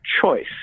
choice